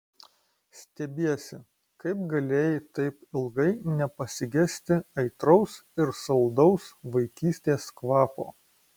stebiesi kaip galėjai taip ilgai nepasigesti aitraus ir saldaus vaikystės kvapo